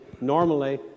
normally